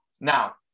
Now